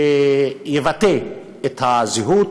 שיבטא את הזהות,